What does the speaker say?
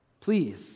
please